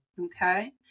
Okay